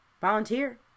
volunteer